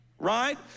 right